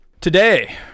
Today